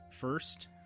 first